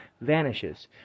vanishes